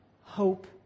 hope